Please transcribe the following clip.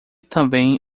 também